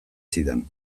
zidan